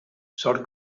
sort